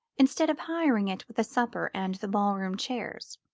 instead of hiring it with the supper and the ball-room chairs.